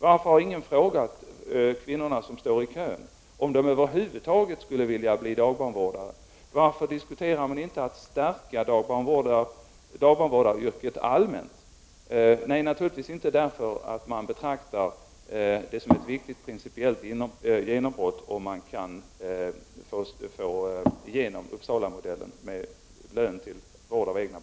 Varför har ingen frågat kvinnorna som står i kön om de över huvud taget skulle vilja bli dagbarnvårdare? Varför diskuterar man inte att stärka dagbarnvårdaryrket allmänt? Nej, naturligtvis inte, för man betraktar det som ett viktigt principiellt genombrott, om man kan få igenom Uppsalamodellen med lön för vård av egna barn.